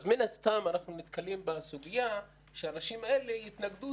אז מן הסתם אנחנו נתקלים בסוגיה שאנשים אלה יתנגדו